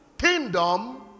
kingdom